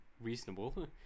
reasonable